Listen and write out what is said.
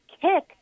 kick